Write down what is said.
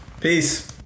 Peace